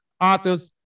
authors